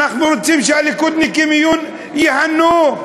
אנחנו רוצים שהליכודניקים ייהנו,